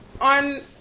on